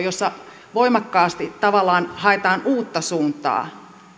jossa voimakkaasti tavallaan haetaan uutta suuntaa